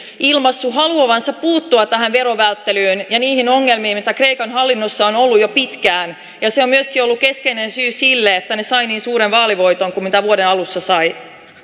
ilmaissut haluavansa puuttua tähän verovälttelyyn ja niihin ongelmiin joita kreikan hallinnossa on ollut jo pitkään se on myöskin ollut keskeinen syy siihen että he saivat niin suuren vaalivoiton kuin mitä vuoden alussa saivat